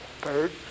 bird